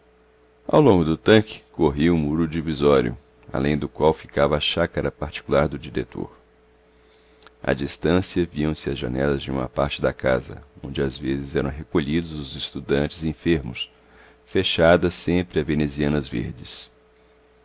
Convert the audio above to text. ao longo do tanque corria o muro divisório além do qual ficava a chácara particular do diretor a distancia viam-se as janelas de uma parte da casa onde às vezes eram recolhidos os estudantes enfermos fechadas sempre a venezianas verdes